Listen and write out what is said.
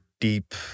deep